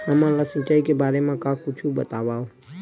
हमन ला सिंचाई के बारे मा कुछु बतावव?